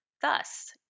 Thus